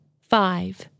five